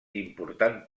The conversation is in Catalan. important